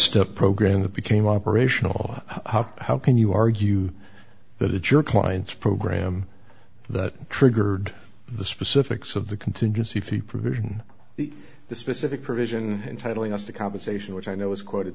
step program that became operational how can you argue that it's your client's program that triggered the specifics of the contingency fee provision the specific provision entitling us to compensation which i know was quote